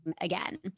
again